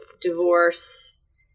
divorce